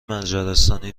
مجارستانی